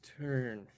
turn